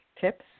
tips